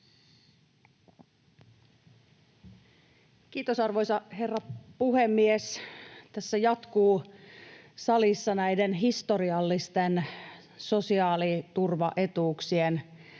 Kiitos, arvoisa herra puhemies! Tässä jatkuu salissa näiden historiallisten sosiaaliturvaetuuksien